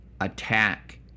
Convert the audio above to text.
attack